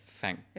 thank